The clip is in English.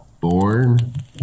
born